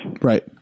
right